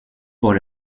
pour